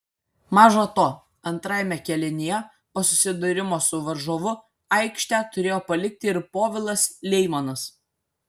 maža to antrajame kėlinyje po susidūrimo su varžovu aikštę turėjo palikti ir povilas leimonas